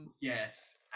yes